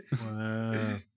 Wow